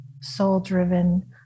soul-driven